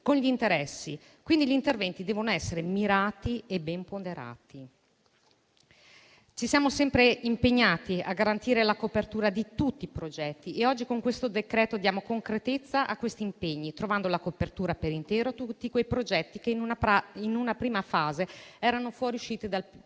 con gli interessi. Gli interventi devono essere quindi mirati e ben ponderati. Ci siamo sempre impegnati a garantire la copertura di tutti i progetti e oggi con questo provvedimento diamo concretezza a tali impegni, trovando la copertura per intero a tutti i progetti che in una prima fase erano fuoriusciti dal PNRR.